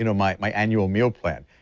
you know my my annual meal plan,